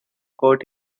court